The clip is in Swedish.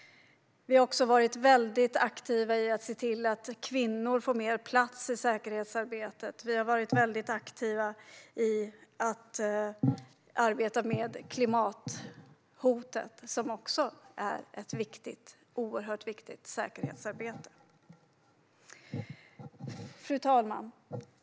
Vi har också varit väldigt aktiva när det gäller att se till att kvinnor får mer plats i säkerhetsarbetet. Vi har varit aktiva i att arbeta med klimathotet, vilket också är ett oerhört viktigt säkerhetsarbete. Fru talman!